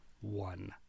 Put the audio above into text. one